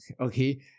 okay